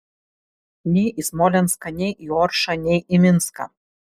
nei į smolenską nei į oršą nei į minską